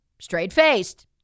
straight-faced